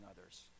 others